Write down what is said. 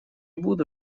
буду